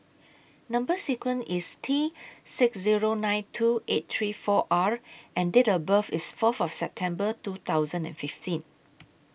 Number sequence IS T six Zero nine two eight three four R and Date of birth IS Fourth of September two thousand and fifteen